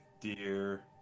dear